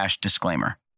disclaimer